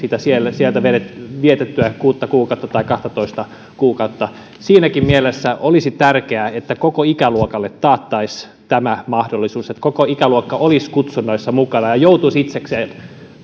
siellä vietettyä kuutta kuukautta tai kahtatoista kuukautta siinäkin mielessä olisi tärkeää että koko ikäluokalle taattaisiin tämä mahdollisuus että koko ikäluokka olisi kutsunnoissa mukana ja joutuisi itsekseen